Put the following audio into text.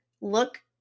look